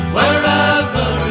Wherever